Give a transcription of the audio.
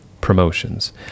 Promotions